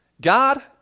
God